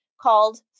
called